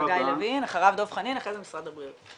לוין, אחריו דב חנין ואחרי זה משרד הבריאות.